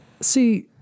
See